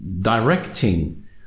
directing